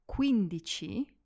quindici